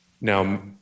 Now